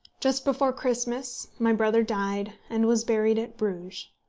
just before christmas my brother died, and was buried at bruges.